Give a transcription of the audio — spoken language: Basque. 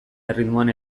erritmoan